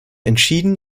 entschieden